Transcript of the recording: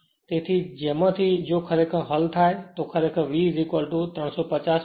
તેથી જેમાંથી જો ખરેખર હલ થાય તો ખરેખર V 350